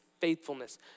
faithfulness